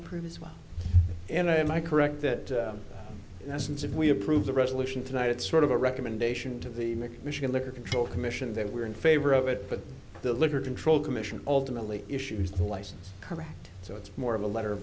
approve as well and i am i correct that dozens of we approve the resolution tonight it's sort of a recommendation to the make michigan liquor control commission that we are in favor of it but the litter control commission ultimately issues the license correct so it's more of a letter